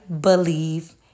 believe